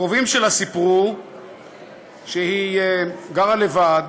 הקרובים שלה סיפרו שהיא גרה לבד,